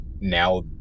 now